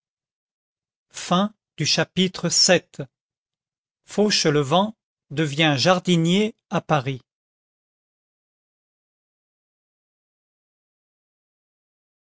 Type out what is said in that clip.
chapitre vii fauchelevent devient jardinier à paris